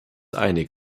einig